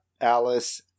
Alice